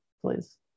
please